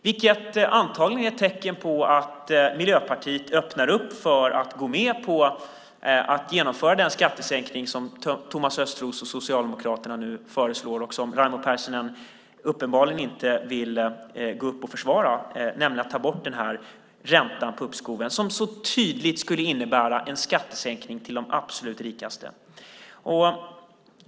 Det är antagligen ett tecken på att Miljöpartiet öppnar för att gå med på att genomföra den skattesänkning som Thomas Östros och Socialdemokraterna föreslår och som Raimo Pärssinen uppenbarligen inte vill gå upp och försvara, nämligen att ta bort räntan på uppskoven. Det skulle så tydligt innebära en skattesänkning för de absolut rikaste.